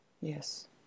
Yes